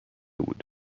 بود